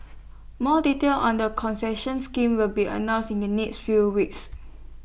more detail on the concession scheme will be announce in next few weeks